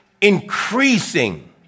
increasing